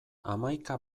hamaika